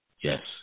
Yes